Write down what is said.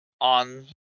On